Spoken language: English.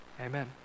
Amen